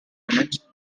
minutes